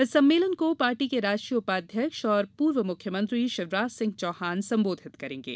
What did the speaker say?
इस सम्मेलन को पार्टी के राष्ट्रीय उपाध्यक्ष एवं पूर्व मुख्यमंत्री शिवराज सिंह चौहान संबोधित करेंगे